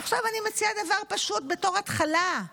עכשיו אני מציעה דבר פשוט בתור התחלה.